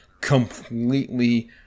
completely